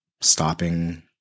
stopping